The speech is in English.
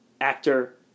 actor